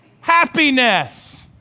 happiness